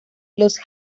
los